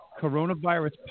coronavirus